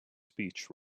speech